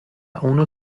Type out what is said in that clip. اونو